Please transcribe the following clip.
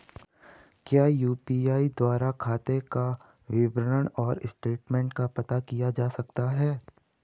क्या यु.पी.आई द्वारा खाते का विवरण और स्टेटमेंट का पता किया जा सकता है?